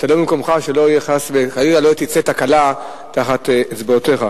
שחס וחלילה לא תצא תקלה מתחת אצבעותיך.